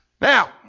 Now